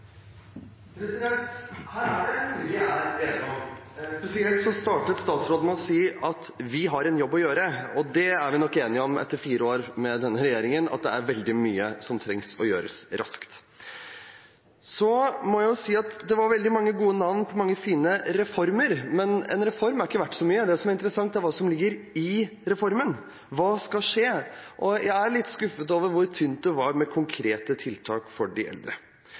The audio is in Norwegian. jobb å gjøre, og det er vi nok enige om etter fire år med denne regjeringen – det er veldig mye som trengs å gjøres raskt. Så må jeg si at det var mange gode navn på mange fine reformer. Men en reform er ikke verdt så mye – det som er interessant, er hva som ligger i reformen. Hva skal skje? Jeg er litt skuffet over hvor tynt det var med konkrete tiltak for de eldre.